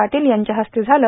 पाटील यांच्या हस्ते झालं